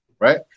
right